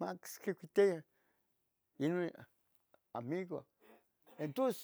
max quicuitei inon amigo entus